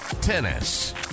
tennis